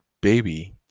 baby